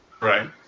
right